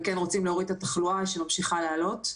וכן רוצים להוריד את התחלואה שממשיכה לעלות.